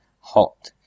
hot